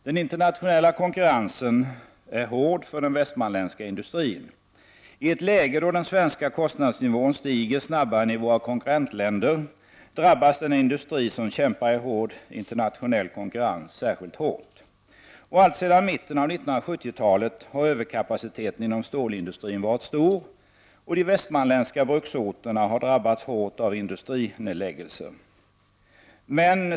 Den internationella konkurrensen är hård för den västmanländska industrin. I ett läge då den svenska kostnadsnivån stiger snabbare än i våra konkurrentländer, drabbas den industri som kämpar i hård internationell konkurrens särskilt svårt. Alltsedan mitten av 1970-talet har överkapaciteten inom stålindustrin varit stor. De västmanländska bruksorterna har drabbats hårt av industrinedläggelser.